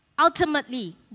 Ultimately